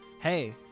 hey